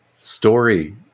story